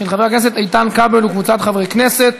של חבר הכנסת איתן כבל וקבוצת חברי הכנסת.